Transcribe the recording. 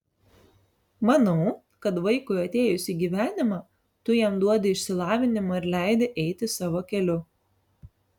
manau kad vaikui atėjus į gyvenimą tu jam duodi išsilavinimą ir leidi eiti savo keliu